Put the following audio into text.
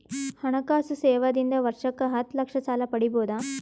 ಹಣಕಾಸು ಸೇವಾ ದಿಂದ ವರ್ಷಕ್ಕ ಹತ್ತ ಲಕ್ಷ ಸಾಲ ಪಡಿಬೋದ?